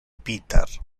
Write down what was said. peter